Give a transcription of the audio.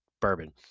bourbon